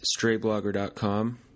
StrayBlogger.com